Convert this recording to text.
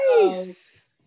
Nice